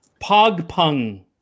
Pogpung